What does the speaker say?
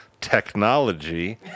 technology